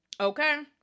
Okay